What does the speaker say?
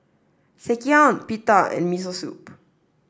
Sekihan Pita and Miso Soup